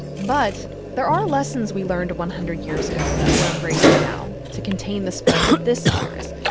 but there are lessons we learned one hundred years ago that we're embracing now to contain the spread of this virus.